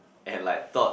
and like thought